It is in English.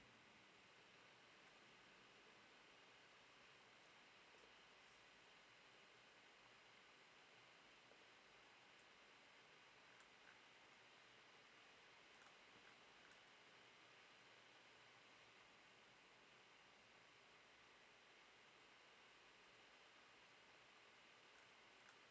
uh uh